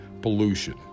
pollution